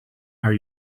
are